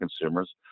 consumers